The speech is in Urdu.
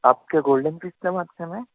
آپ کیا گولڈن فِش سے بات کر رہے ہیں